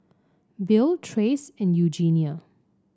Bill Trace and Eugenia